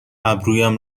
ابرویم